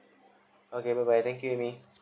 okay bye bye thank you amy